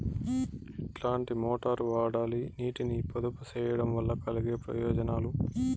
ఎట్లాంటి మోటారు వాడాలి, నీటిని పొదుపు సేయడం వల్ల కలిగే ప్రయోజనాలు?